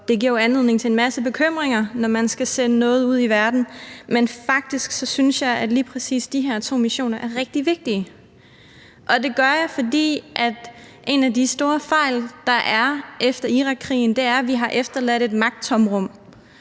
det giver jo anledning til en masse bekymringer, når man skal sende noget ud i verden. Men faktisk synes jeg, at lige præcis de her to missioner er rigtig vigtige, og det gør jeg, fordi en af de store fejl, der er sket efter Irakkrigen, er, at vi har efterladt et magttomrum,